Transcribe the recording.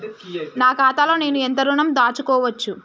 నా ఖాతాలో నేను ఎంత ఋణం దాచుకోవచ్చు?